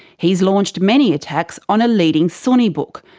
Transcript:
he's launched many attacks on a leading sunni book,